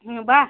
ಹ್ಞೂ ಬಾ